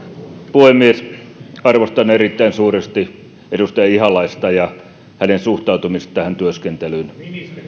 puhemies arvostan erittäin suuresti edustaja ihalaista ja hänen suhtautumistaan tähän työskentelyyn